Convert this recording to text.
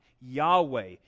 Yahweh